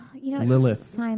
Lilith